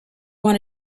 want